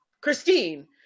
christine